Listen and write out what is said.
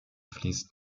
fließt